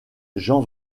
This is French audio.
jean